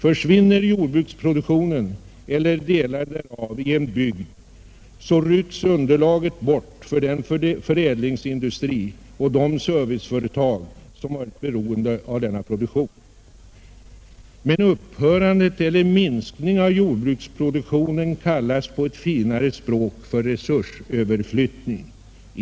Försvinner jordbruksproduktionen eller delar därav i en bygd, rycks underlaget bort för den förädlingsindustri och de serviceföretag som varit beroende av denna produktion. Men upphörande eller minskning av jordbruksproduktionen kallas på ett finare språk för resursöverflyttning.